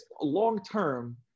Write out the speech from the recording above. Long-term